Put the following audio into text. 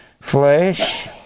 Flesh